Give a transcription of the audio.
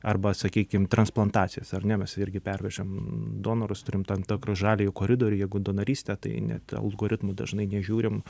arba sakykim transplantacijas ar ne mes irgi pervežam donorus turim tam tikrą žalią jų koridorių jeigu donorystė tai net algoritmų dažnai nežiūrim